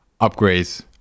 upgrades